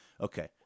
Okay